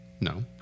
no